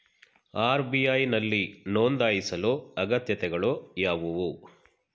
RBI ನಲ್ಲಿ ನೊಂದಾಯಿಸಲು ಅಗತ್ಯತೆಗಳು ಯಾವುವು?